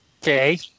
Okay